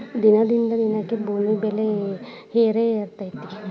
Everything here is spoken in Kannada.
ದಿನದಿಂದ ದಿನಕ್ಕೆ ಭೂಮಿ ಬೆಲೆ ಏರೆಏರಾತೈತಿ